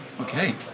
Okay